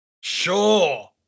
Sure